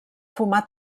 fumar